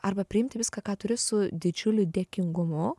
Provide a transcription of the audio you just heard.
arba priimti viską ką turi su didžiuliu dėkingumu